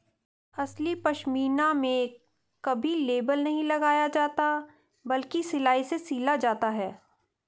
असली पश्मीना में कभी लेबल नहीं लगाया जाता बल्कि सिलाई से सिला जाता है